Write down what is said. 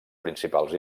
principals